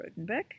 Rodenbeck